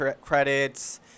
credits